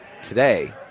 today